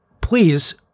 please